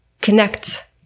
connect